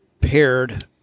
paired